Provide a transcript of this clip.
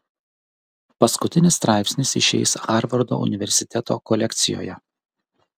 paskutinis straipsnis išeis harvardo universiteto kolekcijoje